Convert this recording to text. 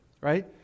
right